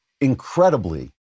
incredibly